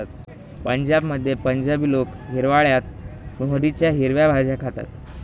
पंजाबमध्ये पंजाबी लोक हिवाळयात मोहरीच्या हिरव्या भाज्या खातात